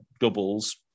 doubles